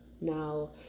now